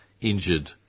injured